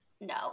no